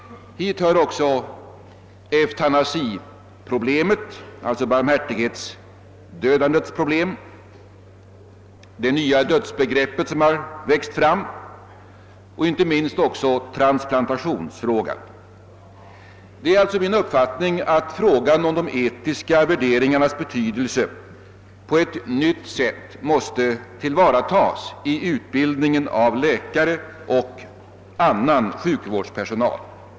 Hit hör också eutanasiproblemet — alltså barmhärtighetsdödandets problem — det nya dödsbegreppet som har växt fram och inte minst transplantationsfrågan. Det är alltså min uppfattning att frågan om de etiska värderingarnas betydelse på ett nytt sätt måste tillvaratas i utbildningen av läkare och annan sjukvårdspersonal.